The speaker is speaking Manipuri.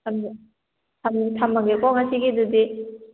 ꯊꯝꯃꯒꯦꯀꯣ ꯉꯁꯤꯒꯤ ꯑꯗꯨꯗꯤ